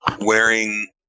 wearing